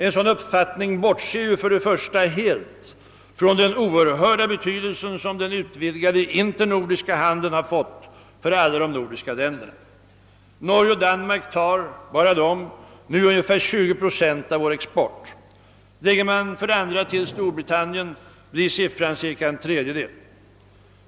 En sådan uppfattning bortser ju för det första helt från den oerhörda betydelse som den utvidgade internordiska handeln har fått för alla de nordiska länderna. Norge och Danmark tar, bara de, nu ungefär 20 procent av vår export. Lägger man, för det andra, till Storbritannien blir siffran cirka en tredjedel.